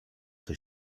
tej